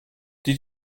did